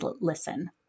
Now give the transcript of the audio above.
listen